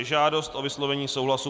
Žádost o vyslovení souhlasu